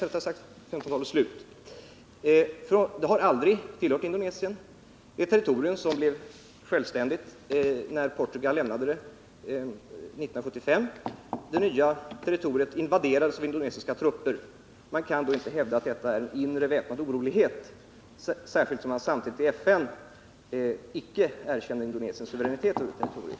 Det har aldrig tillhört Indonesien. Östtimor blev självständigt när Portugal lämnade det 1975, och det nya territoriet invaderades av indonesiska trupper. Regeringen kan mot den bakgrunden inte hävda att det rör sig om inre väpnade oroligheter, särskilt inte som man i FN inte erkänner Indonesiens suveränitet över territoriet.